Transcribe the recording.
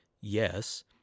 yes